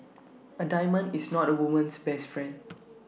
A diamond is not A woman's best friend